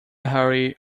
hurry